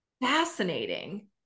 fascinating